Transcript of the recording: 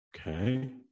Okay